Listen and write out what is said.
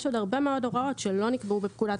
יש עוד הרבה מאוד הוראות שלא נקבעו בפקודת